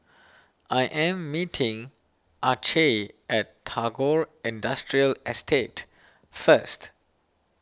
I am meeting Acey at Tagore Industrial Estate first